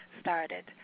started